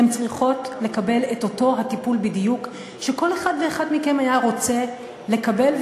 הן צריכות לקבל את אותו הטיפול בדיוק שכל אחד ואחד מכם היה רוצה לקבל,